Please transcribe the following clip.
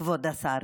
כבוד השר,